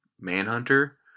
manhunter